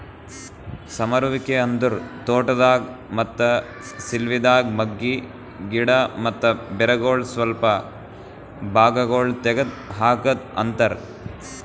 ಸಮರುವಿಕೆ ಅಂದುರ್ ತೋಟದಾಗ್, ಮತ್ತ ಸಿಲ್ವಿದಾಗ್ ಮಗ್ಗಿ, ಗಿಡ ಮತ್ತ ಬೇರಗೊಳ್ ಸ್ವಲ್ಪ ಭಾಗಗೊಳ್ ತೆಗದ್ ಹಾಕದ್ ಅಂತರ್